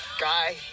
guy